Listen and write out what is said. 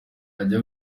ajya